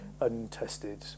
untested